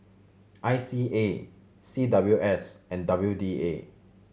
I C A C W S and W D A